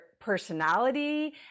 personality